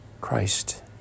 Christ